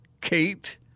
Kate